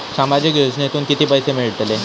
सामाजिक योजनेतून किती पैसे मिळतले?